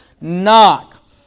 knock